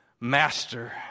master